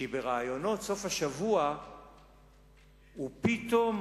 כי בראיונות סוף השבוע הוא פתאום